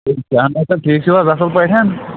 صٲب ٹھیٖک چھُو حظ اَصٕل پٲٹھۍ